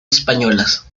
españolas